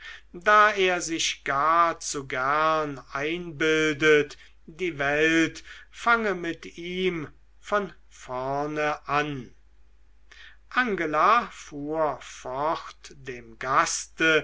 da er sich gar zu gern einbildet die welt fange mit ihm von vorne an angela fuhr fort dem gaste